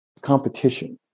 competition